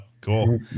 Cool